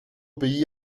pays